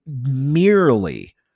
merely